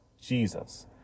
Jesus